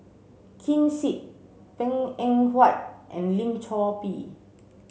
Ken Seet Png Eng Huat and Lim Chor Pee